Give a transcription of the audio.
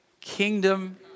kingdom